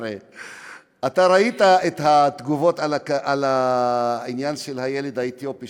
אתה ראית את התגובות על העניין של הילד האתיופי